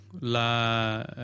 la